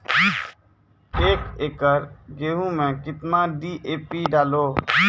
एक एकरऽ गेहूँ मैं कितना डी.ए.पी डालो?